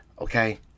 Okay